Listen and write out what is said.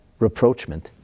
reproachment